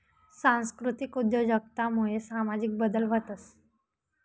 सांस्कृतिक उद्योजकता मुये सामाजिक बदल व्हतंस